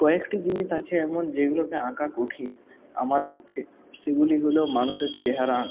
কয়েকটি জিনিস আছে এমন যেগুলোকে আঁকা কঠিন আমার পক্ষে সেগুলি হল মানুষের চেহারা আঁকা